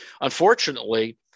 unfortunately